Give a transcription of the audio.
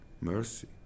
mercy